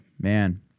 man